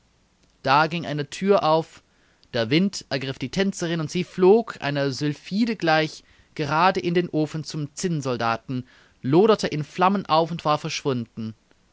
da ging eine thür auf der wind ergriff die tänzerin und sie flog einer sylphide gleich gerade in den ofen zum zinnsoldaten loderte in flammen auf und war verschwunden